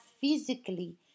physically